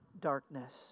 darkness